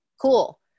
Cool